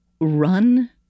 run